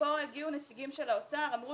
הגיעו לכאן נציגים של משרד האוצר ואמרו